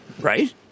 Right